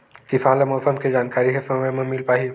किसान ल मौसम के जानकारी ह समय म मिल पाही?